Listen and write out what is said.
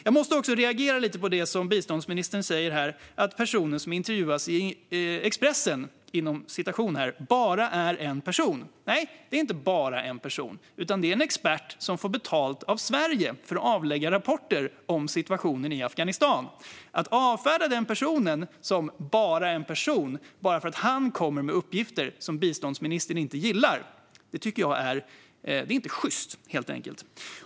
Jag måste reagera på det som biståndsministern sa, att den person som intervjuas i Expressen bara är en person. Nej, det är inte bara en person, utan det är en expert som får betalt av Sverige för att avlägga rapporter om situationen i Afghanistan. Att avfärda den personen som bara en person bara för att han kommer med uppgifter som biståndsministern inte gillar är inte sjyst.